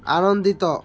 ଆନନ୍ଦିତ